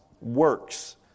works